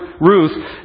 Ruth